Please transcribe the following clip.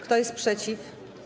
Kto jest przeciw?